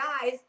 guys